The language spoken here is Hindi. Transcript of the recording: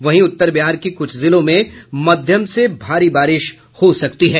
वहीं उत्तर बिहार के कुछ जिलों में मध्यम से भारी बारिश हो सकती है